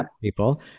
people